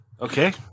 Okay